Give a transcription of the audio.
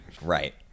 Right